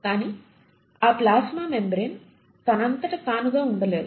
కానీ ఆ plasma membrane తనంత తానుగా వుండలేదు